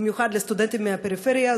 במיוחד לסטודנטים מהפריפריה,